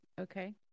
Okay